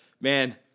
man